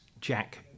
Jack